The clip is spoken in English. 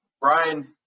Brian